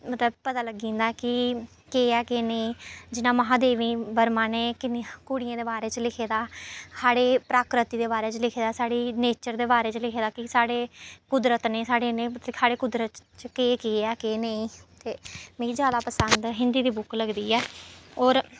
मतलब पता लगी जंदा कि केह् ऐ केह् नेईं जि'यां महादेवी वर्मा ने किन्नी कुड़ियें दे बारे च लिखे दा साढ़ी प्रकृति दे बारे च लिखे दा साढ़ी नेचर दे बारे च लिखे दा कि साढ़े कुदरत ने साढ़े ने साढ़े कुदरत च केह् केह् ऐ केह् नेईं ते मिगी जैदा पसंद हिंदी दी बुक लगदी ऐ होर